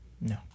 No